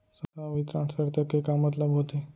संवितरण शर्त के का मतलब होथे?